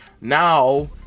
Now